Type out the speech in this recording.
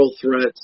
threats